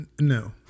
No